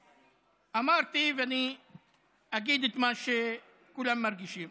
אמרתי, ואני אגיד את מה שכולם מרגישים: